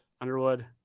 Underwood